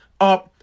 up